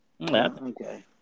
Okay